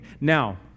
now